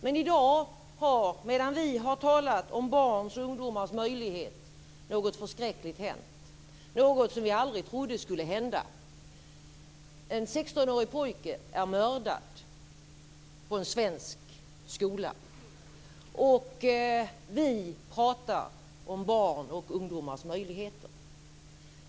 Men i dag har det, medan vi har talat om barns och ungdomars möjligheter, hänt något förskräckligt, något som vi aldrig trodde skulle hända. En 16-årig pojke har mördats på en svensk skola, och vi talar om barns och ungdomars möjligheter.